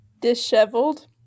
Disheveled